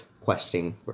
questing